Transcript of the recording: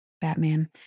Batman